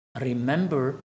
Remember